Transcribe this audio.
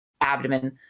abdomen